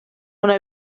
una